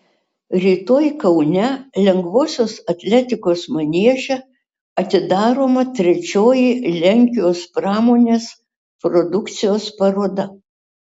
rytoj kaune lengvosios atletikos manieže atidaroma trečioji lenkijos pramonės produkcijos paroda